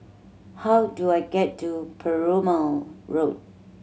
how do I get to Perumal Road